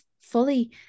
fully